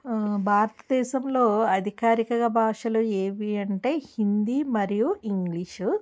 భారతదేశంలో అధికారిక భాషలు ఏవి అంటే హిందీ మరియు ఇంగ్లీషు